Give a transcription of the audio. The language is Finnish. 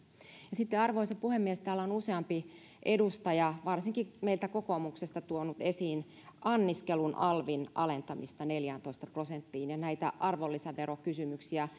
sitten arvoisa puhemies täällä on useampi edustaja varsinkin meiltä kokoomuksesta tuonut esiin anniskelun alvin alentamisen neljääntoista prosenttiin ja näitä arvonlisäverokysymyksiä